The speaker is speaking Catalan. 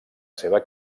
seva